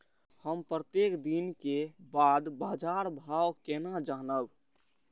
हम प्रत्येक दिन के बाद बाजार भाव केना जानब?